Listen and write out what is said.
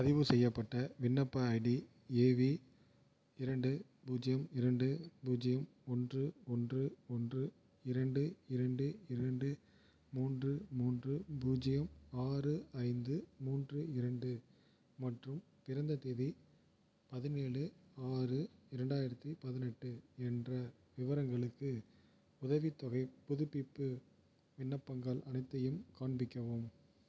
பதிவுசெய்யப்பட்ட விண்ணப்ப ID A V இரண்டு பூஜ்ஜியம் இரண்டு பூஜ்ஜியம் ஒன்று ஒன்று ஒன்று இரண்டு இரண்டு இரண்டு மூன்று மூன்று பூஜ்ஜியம் ஆறு ஐந்து மூன்று இரண்டு மற்றும் பிறந்த தேதி பதினேழு ஆறு இரண்டாயிரத்தி பதினெட்டு என்ற விவரங்களுக்கு உதவித்தொகைப் புதுப்பிப்பு விண்ணப்பங்கள் அனைத்தையும் காண்பிக்கவும்